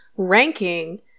ranking